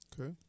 Okay